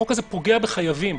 החוק הזה פוגע בחייבים.